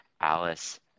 Alice